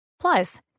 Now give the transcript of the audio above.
Plus